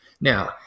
now